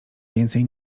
więcej